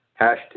Hashtag